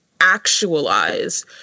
actualize